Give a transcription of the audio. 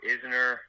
Isner